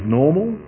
normal